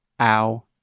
OW